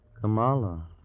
Kamala